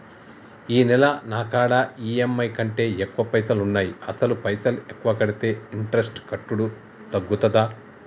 ఈ నెల నా కాడా ఈ.ఎమ్.ఐ కంటే ఎక్కువ పైసల్ ఉన్నాయి అసలు పైసల్ ఎక్కువ కడితే ఇంట్రెస్ట్ కట్టుడు తగ్గుతదా?